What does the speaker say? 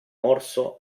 orso